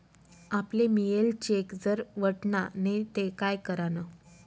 आपले मियेल चेक जर वटना नै ते काय करानं?